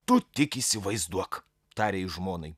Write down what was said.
tu tik įsivaizduok tarė jis žmonai